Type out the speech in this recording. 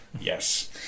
yes